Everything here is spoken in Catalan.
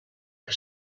que